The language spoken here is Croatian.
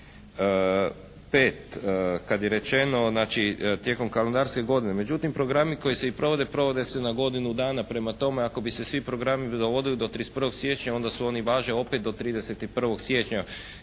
5. kad je rečeno znači tijekom kalendarske godine. Međutim, programi koji se i provode provode se na godinu dana. Prema tome, ako bi se svi programi provodili do 31. siječnja onda oni važe opet do 31. siječnja,